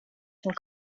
and